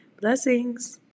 Blessings